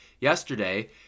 yesterday